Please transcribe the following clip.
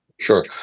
Sure